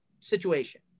situation